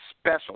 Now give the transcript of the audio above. special